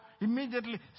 immediately